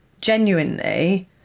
genuinely